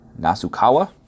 Nasukawa